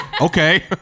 Okay